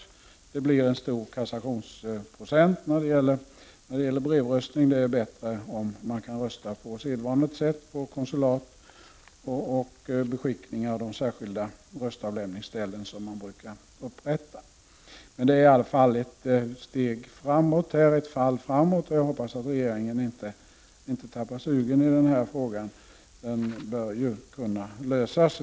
Det blir en stor kassationsprocent. Det är bättre om man kan rösta på sedvanligt sätt på konsulat och beskickningar och särskilda röstavlämningsställen som man brukar upprätta. Men det är i alla fall ett fall framåt. Jag hoppas regeringen inte tappar sugen i denna fråga. Den bör ju kunna lösas.